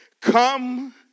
Come